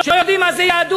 שלא יודעים מה זה יהדות,